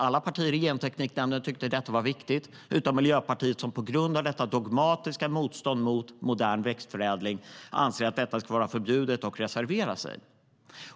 Alla partier i Gentekniknämnden tyckte att detta var viktigt - utom Miljöpartiet, som på grund av sitt dogmatiska motstånd mot modern växtförädling anser att detta ska vara förbjudet och reserverade sig.